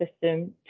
system